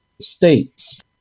states